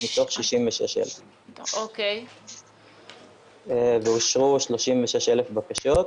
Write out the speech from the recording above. מתוך 66,000. אושרו 36,000 בקשות,